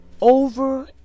Over